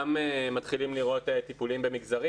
גם מתחילים לראות טיפולים במגזרים